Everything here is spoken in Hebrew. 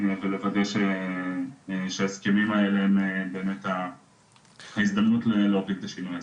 ולוודא שההסכמים האלה הם באמת ההזדמנות להוביל את השינוי הזה.